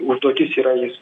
užduotis yra jis